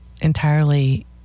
entirely